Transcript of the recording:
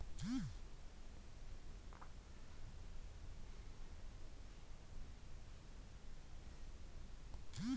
ಮಾರುಕಟ್ಟೆಯು ಕಿರಾಣಿ ಸರಕು ಜಾನುವಾರು ಹಾಗೂ ಇತರ ಸರಕುಗಳ ಖರೀದಿ ಮತ್ತು ಮಾರಾಟಕ್ಕಾಗಿ ಜನರ ನಿಯಮಿತ ಕೂಟ